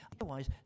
otherwise